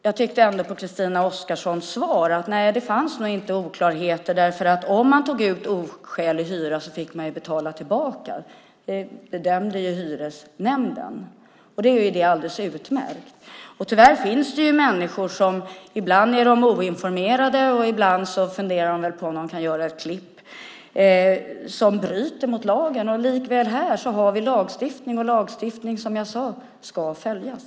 Jag tyckte ändå på Christina Oskarssons svar att det nog inte fanns oklarheter, för om man tog ut oskälig hyra fick man betala tillbaka. Det bedömde hyresnämnden. Då är det alldeles utmärkt. Tyvärr finns det människor som bryter mot lagen. Ibland är de oinformerade, ibland funderar de på om de kan göra ett klipp. Även här har vi lagstiftning, och lagstiftning, som jag sade, ska följas.